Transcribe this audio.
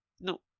no